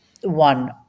one